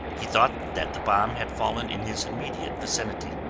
he thought that the bomb had fallen in his immediate vicinity.